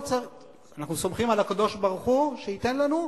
אנחנו סומכים על הקדוש-ברוך-הוא שייתן לנו,